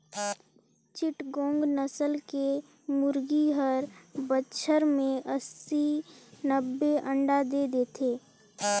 चिटगोंग नसल के मुरगी हर बच्छर में अस्सी, नब्बे अंडा दे देथे